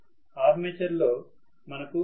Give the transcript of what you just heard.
armature లో మనకు AC ఉంది